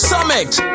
Summit